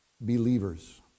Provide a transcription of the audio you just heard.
believers